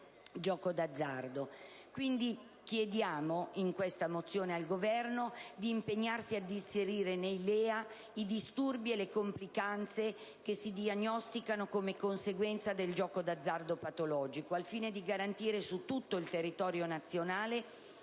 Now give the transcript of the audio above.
gioco d'azzardo. Quindi, nella mozione chiediamo al Governo di impegnarsi ad inserire nei LEA i disturbi e le complicanze che si diagnosticano come conseguenza del gioco d'azzardo patologico, al fine di garantire su tutto il territorio nazionale